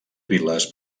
vil·les